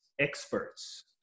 experts